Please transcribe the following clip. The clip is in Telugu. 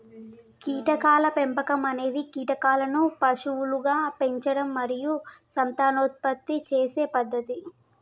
కీటకాల పెంపకం అనేది కీటకాలను పశువులుగా పెంచడం మరియు సంతానోత్పత్తి చేసే పద్ధతి